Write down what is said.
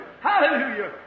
Hallelujah